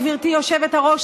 גברתי היושבת-ראש,